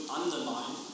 undermine